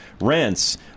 rents